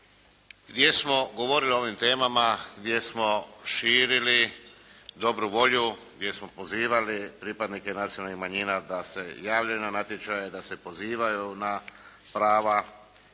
gdje smo govorili o ovim temama gdje smo širili dobru volju, gdje smo pozivali pripadnike nacionalnih manjina da se javljaju na natječaje, da se pozivaju na prava koja